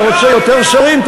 אתה רוצה יותר שרים?